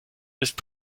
ist